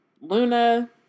Luna